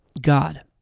God